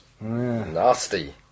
Nasty